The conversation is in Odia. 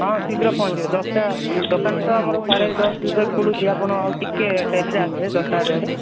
ହଁ ଶୀଘ୍ର ପହଞ୍ଚି ଯିବେ ଦଶଟା ଦୋକାନ ତ ଆମର ସାଢେ ଦଶ ଭିତରେ ଖୋଲୁଛି ଆପଣ ଆଉ ଟିକେ ଡେରିରେ ଆସିବେ ଦଶଟା ହାରି ଆଡ଼େ